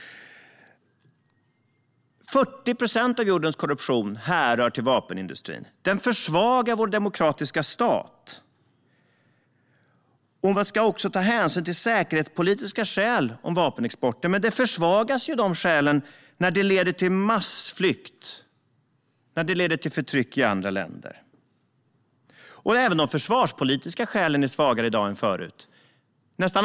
40 procent av jordens korruption kan härledas till vapenindustrin, och det försvagar vår demokratiska stat. Vi ska också ta hänsyn till säkerhetspolitiska skäl när det gäller vapenexporten, men de skälen försvagas ju när det leder till massflykt och förtryck i andra länder. Även de försvarspolitiska skälen är svagare i dag än förut.